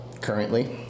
currently